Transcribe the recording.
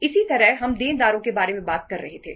इसी तरह हम देनदारों के बारे में बात कर रहे थे